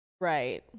Right